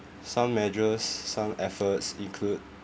some measures some efforts include